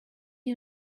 you